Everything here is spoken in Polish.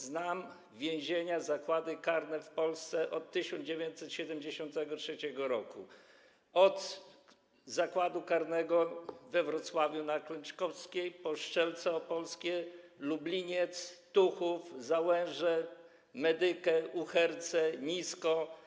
Znam więzienia, zakłady karne w Polsce od 1973 r., od zakładu karnego we Wrocławiu na ul. Kleczkowskiej, po Strzelce Opolskie, Lubliniec, Tuchów, Załęże, Medykę, Uherce i Nisko.